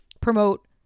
promote